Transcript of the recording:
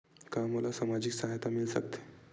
का मोला सामाजिक सहायता मिल सकथे?